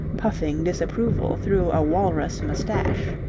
puffing disapproval through a walrus moustache.